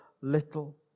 little